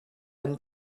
and